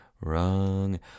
wrong